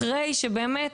אחרי שבאמת,